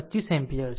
25 ampere છે